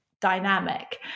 dynamic